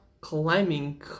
climbing